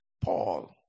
Paul